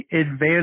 advanced